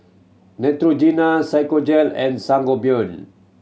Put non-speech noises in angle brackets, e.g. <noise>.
Neutrogena <unintelligible> and Sangobion